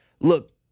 look